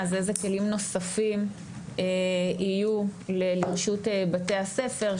אז איזה כלים נוספים יהיו לרשות בתי-הספר,